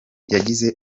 yagize